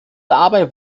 dabei